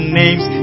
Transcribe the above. names